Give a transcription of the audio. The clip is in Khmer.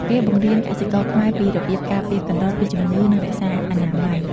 គេបង្រៀនកសិករខ្មែរពីរបៀបការពារកណ្តុរពីជំងឺ និងរក្សាអនាម័យ។